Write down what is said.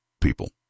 people